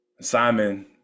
Simon